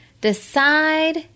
decide